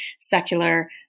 secular